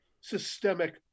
systemic